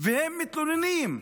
והם מתלוננים.